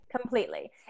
completely